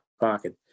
pocket